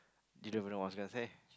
you don't even know what I was gonna say